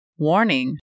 Warning